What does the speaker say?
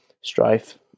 strife